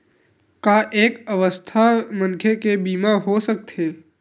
का एक अस्वस्थ मनखे के बीमा हो सकथे?